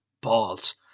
balls